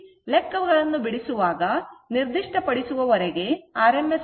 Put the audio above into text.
ಲೆಕ್ಕಗಳನ್ನು ಬಿಡಿಸುವಾಗ ನಿರ್ದಿಷ್ಟಪಡಿಸುವವರೆಗೆ rms ಮೌಲ್ಯವನ್ನು ತೆಗೆದುಕೊಳ್ಳಬೇಕು